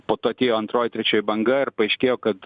po to atėjo antroji trečioji banga ir paaiškėjo kad